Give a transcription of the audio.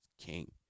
King